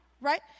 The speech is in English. Right